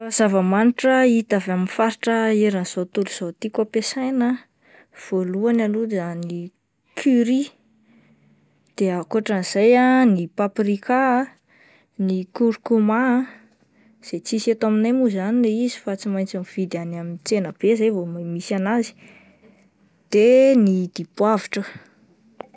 Zava-manitra hita avy amin'ny faritra eran'izao tontolo izao tiako ampiasaina voalohany aloha izany curry, de akoatran'izay de ny paprika, ny korkoma izay tsisy eto aminay mo izany ilay izy fa tsy maintsy mividy any amin'ny tsena be izay vo m-misy anazy, de ny dipoavitra.